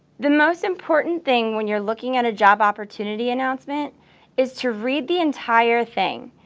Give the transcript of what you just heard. the most important thing when you're looking at a job opportunity announcement is to read the entire thing.